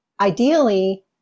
ideally